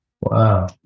wow